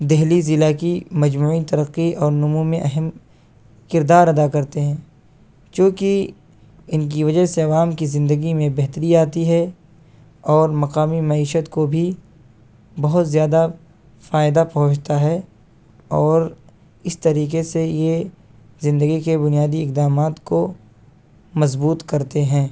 دہلی ضلع کی مجموعی ترقی اور نمو میں اہم کردار ادا کرتے ہیں چونکہ ان کی وجہ سے عوام کی زندگی میں بہتری آتی ہے اور مقامی معیشت کو بھی بہت زیادہ فائدہ پہنچتا ہے اور اس طریقے سے یہ زندگی کے بنیادی اقدامات کو مضبوط کرتے ہیں